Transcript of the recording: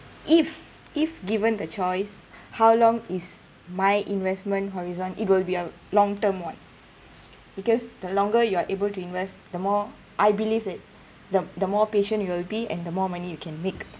if if given the choice how long is my investment horizon it will be a long term [one] because the longer you are able to invest the more I believe that the the more patient you will be and the more money you can make